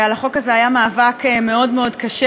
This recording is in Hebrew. על החוק הזה היה מאבק מאוד מאוד קשה,